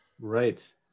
Right